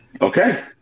okay